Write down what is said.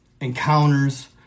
encounters